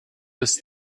ist